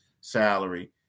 salary